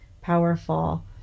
powerful